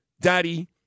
Daddy